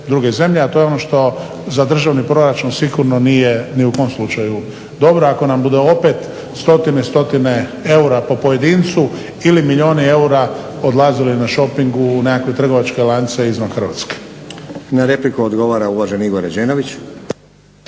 druge zemlje a to je ono što za državni proračun sigurno nije ni u kom slučaju dobro. Ako nam bude opet stotine i stotine eura po pojedincu ili milijuni eura odlazili na shoping u nekakve trgovačke lance izvan Hrvatske. **Stazić, Nenad (SDP)** Na repliku odgovara uvaženi Igor Rađenović.